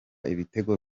ibitego